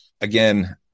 again